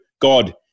god